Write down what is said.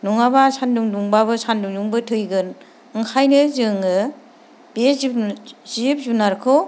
नङाब्ला सान्दुं दुंब्लाबो सान्दुंजोंबो थैगोन ओंखायनो जोङो बे जिब जुनारखौ